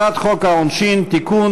הצעת חוק העונשין (תיקון,